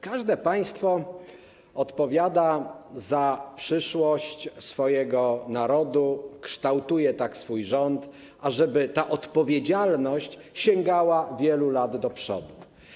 Każde państwo odpowiada za przyszłość swojego narodu, kształtuje tak swój rząd, żeby ta odpowiedzialność sięgała wielu lat do przodu.